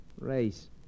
Race